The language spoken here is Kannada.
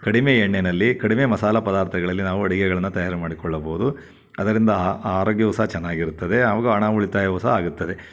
ಕಡಿಮೆ ಎಣ್ಣೆಯಲ್ಲಿ ಕಡಿಮೆ ಮಸಾಲೆ ಪದಾರ್ಥಗಳಲ್ಲಿ ನಾವು ಅಡಿಗೆಗಳನ್ನು ತಯಾರಿ ಮಾಡಿಕೊಳ್ಳಬಹುದು ಅದರಿಂದ ಅ ಆರೋಗ್ಯವು ಸಹ ಚೆನ್ನಾಗಿರುತ್ತದೆ ಅವಾಗ ಹಣ ಉಳಿತಾಯವು ಸಹ ಆಗುತ್ತದೆ